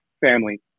family